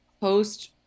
post